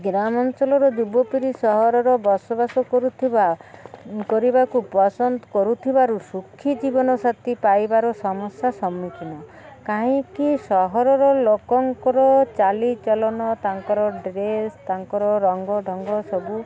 ଗ୍ରାମାଞ୍ଚଳର ଯୁବପିଢ଼ି ସହରର ବସବାସ କରୁଥିବା କରିବାକୁ ପସନ୍ଦ କରୁଥିବାରୁ ସୁଖୀ ଜୀବନସାଥି ପାଇବାର ସମସ୍ୟା ସମ୍ମୁଖୀନ କାହିଁକି ସହରର ଲୋକଙ୍କର ଚାଲିଚଳନ ତାଙ୍କର ଡ୍ରେସ୍ ତାଙ୍କର ରଙ୍ଗ ଢଙ୍ଗ ସବୁ